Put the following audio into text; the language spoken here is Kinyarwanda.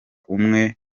umwe